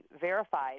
verified